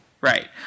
right